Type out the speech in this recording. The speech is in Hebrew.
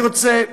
אני רוצה,